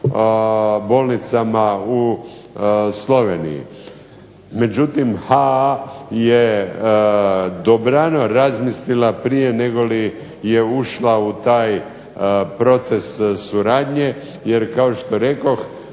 bolnicama u Sloveniji. Međutim, HAA je dobrano razmislila prije negoli je ušla u taj proces suradnje jer kao što rekoh